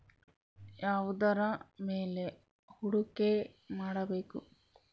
ಯಾವುದರ ಮೇಲೆ ಹೂಡಿಕೆ ಮಾಡಬೇಕು?